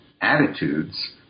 attitudes